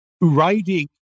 Writing